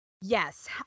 Yes